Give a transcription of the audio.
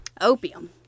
Opium